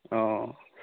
অঁ